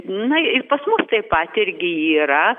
na ir pas mus taip pat irgi yra